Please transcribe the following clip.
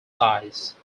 size